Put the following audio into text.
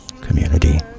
community